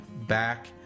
back